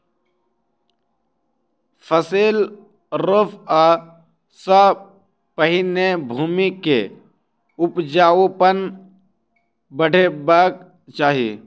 फसिल रोपअ सॅ पहिने भूमि के उपजाऊपन बढ़ेबाक चाही